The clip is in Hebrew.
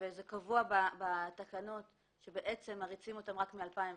קבוע בתקנות שבעצם מריצים אותן רק מ-2017.